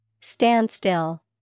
Standstill